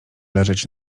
leżeć